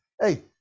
Hey